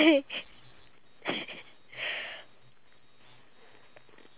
okay throughout our whole time that we are together right